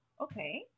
okay